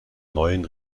neuen